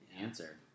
answer